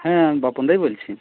হ্যাঁ আমি বাপনদাই বলছি